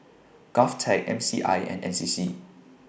Govtech M C I and N C C